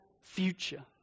future